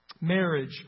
Marriage